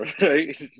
right